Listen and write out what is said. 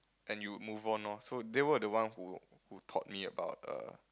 then you move on loh so they were the one who who taught me about a